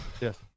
Yes